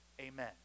Amen